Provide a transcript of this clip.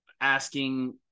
asking